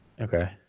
Okay